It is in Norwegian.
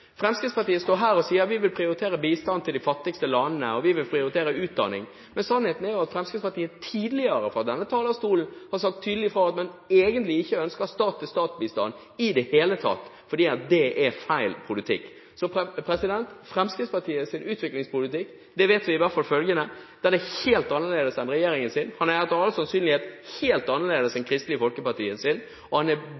Fremskrittspartiet står her og sier at de vil prioritere bistand til de fattigste landene, at de vil prioritere utdanning, men sannheten er at Fremskrittspartiet tidligere fra denne talerstolen har sagt tydelig fra om at de egentlig ikke ønsker en stat-til-stat-bistand i det hele tatt, fordi det er feil politikk. Om Fremskrittspartiets utviklingspolitikk vet vi i hvert fall følgende: Den er helt annerledes enn regjeringens, den er etter all sannsynlighet helt annerledes enn